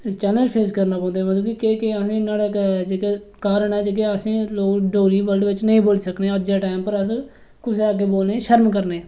challenge face करना पौंदे मतलब केह् केह् असेंगी न्हाड़ा जेह्का कारण ऐ कि डोगरी नेईं बोल्ली सकने आं अज्जै दे टाईम पर कुसै दे अग्गें बोलने गी शर्म करने